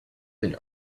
been